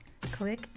Click